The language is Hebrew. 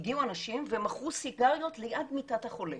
הגיעו אנשים ומכרו סיגריות ליד מיטת החולים.